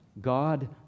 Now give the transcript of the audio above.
God